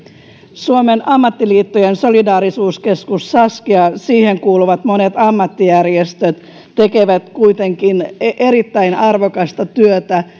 suomen ammattiliittojen solidaarisuuskeskus sask ja siihen kuuluvat monet ammattijärjestöt tekevät kuitenkin erittäin arvokasta työtä